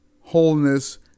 wholeness